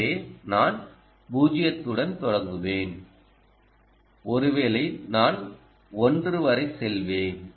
எனவே நான் 0 உடன் தொடங்குவேன் ஒருவேளை நான் 1 வரை செல்வேன்